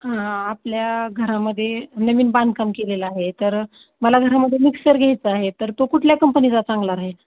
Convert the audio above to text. हां आपल्या घरामध्ये नवीन बांधकाम केलेलं आहे तर मला घरामध्ये मिक्सर घ्यायचा आहे तर तो कुठल्या कंपनीचा चांगला राहील